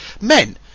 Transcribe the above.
men